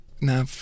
now